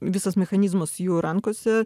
visas mechanizmas jų rankose